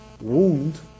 wound